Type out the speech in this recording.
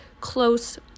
close